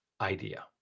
idea